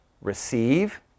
receive